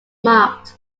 marked